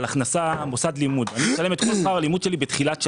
מכיוון שזה מוסד לימוד אני משלם את כל שכר הלימוד שלי בתחילת השנה.